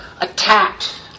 attacked